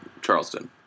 Charleston